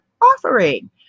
offering